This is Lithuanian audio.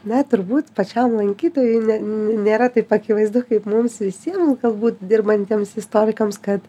na turbūt pačiam lankytojui nėra taip akivaizdu kaip mums visiems galbūt dirbantiems istorikams kad